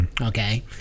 Okay